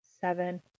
seven